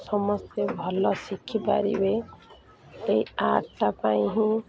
ସମସ୍ତେ ଭଲ ଶିଖିପାରିବେ ଏହି ଆର୍ଟ୍ଟା ପାଇଁ ହିଁ